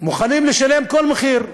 מוכנים לשלם כל מחיר.